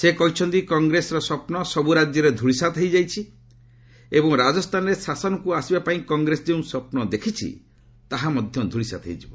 ସେ କହିଛନ୍ତି କଗ୍ରେସର ସ୍ୱପ୍ନ ସବୁ ରାଜ୍ୟରେ ଧୂଳିସାତ ହୋଇଯାଇଛି ଏବଂ ରାଜସ୍ଥାନରେ ଶାସନକୁ ଆସିବା ପାଇଁ କଗ୍ରେସ ଯେଉଁ ସ୍ୱପ୍ନ ଦେଖିଛି ତାହା ମଧ୍ୟ ଧୂଳିସାତ ହୋଇଯିବ